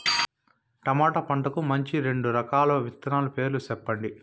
tomato పంటకు మంచి రెండు రకాల విత్తనాల పేర్లు సెప్పండి